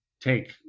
take